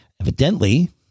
evidently